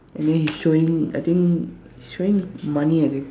and then he's showing I think he's showing money I think